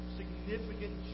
significant